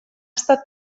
estat